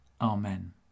Amen